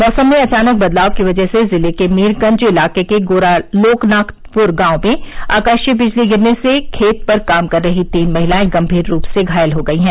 मौसम में अचानक बदलाव की वजह से ज़िले के मीरगंज इलाके के गोरा लोकनाथपुर गांव में आकाशीय विजली गिरने से खेत पर काम कर रही तीन महिलाएं गंभीर रूप से घायल हो गई हैं